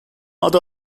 adı